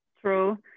True